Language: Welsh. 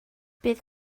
bydd